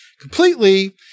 completely